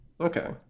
okay